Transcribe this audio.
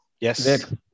yes